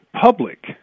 public